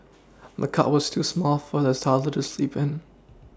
the cot was too small for the toddler to sleep in